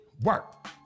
work